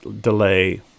delay